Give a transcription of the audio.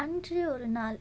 அன்று ஒருநாள்